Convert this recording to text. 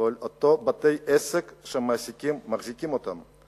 ועל אותם בתי-עסק שמחזיקים אותם.